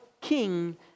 king